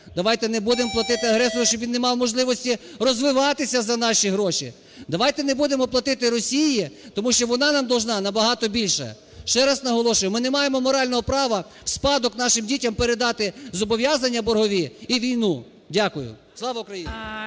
Давайте не будемо платити агресору, щоб він не мав можливості розвиватися за наші гроші, давайте не будемо платити Росії, тому що вона нам должна набагато більше. Ще раз наголошую, ми не маємо морального права в спадок нашим дітям передати зобов'язання боргові і війну. Дякую. Слава Україні!